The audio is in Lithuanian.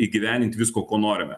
įgyvendint visko ko norime